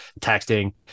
texting